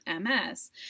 MS